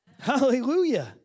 Hallelujah